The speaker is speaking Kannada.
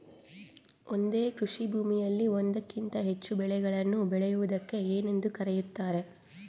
ಒಂದೇ ಕೃಷಿಭೂಮಿಯಲ್ಲಿ ಒಂದಕ್ಕಿಂತ ಹೆಚ್ಚು ಬೆಳೆಗಳನ್ನು ಬೆಳೆಯುವುದಕ್ಕೆ ಏನೆಂದು ಕರೆಯುತ್ತಾರೆ?